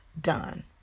done